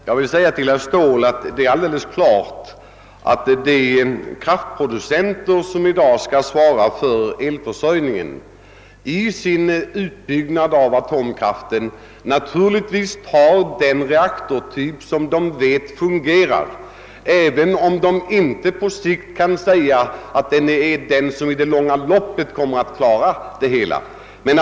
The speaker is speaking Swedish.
Herr talman! De kraftproducenter som i dag skall svara för elförsörjningen måste naturligtvis i sin utbyggnad av atomkraften välja den reaktortyp som de vet fungerar, även om de inte kan säga att det är den typ som i det långa loppet kommer att lösa problemet.